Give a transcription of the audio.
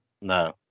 no